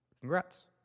Congrats